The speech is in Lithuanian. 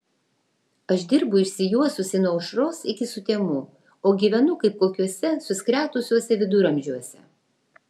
aš dirbu išsijuosusi nuo aušros iki sutemų o gyvenu kaip kokiuose suskretusiuose viduramžiuose